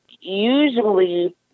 usually